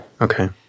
Okay